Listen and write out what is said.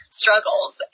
struggles